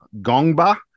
gongba